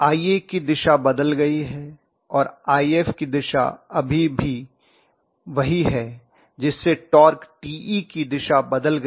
Ia की दिशा बदल गई है और If की दिशा अभी वही है जिससे टार्क Te की दिशा बदल गई